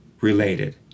related